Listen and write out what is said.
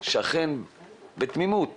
שאכן בתמימות